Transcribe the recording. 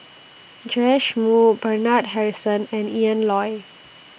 Joash Moo Bernard Harrison and Ian Loy